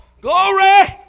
Glory